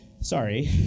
Sorry